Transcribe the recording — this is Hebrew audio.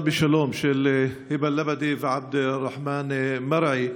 בשלום של היבא א-לבדי ועבד א-רחמן מרעי.